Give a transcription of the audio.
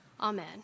Amen